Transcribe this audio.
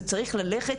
זה צריך ללכת,